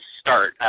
start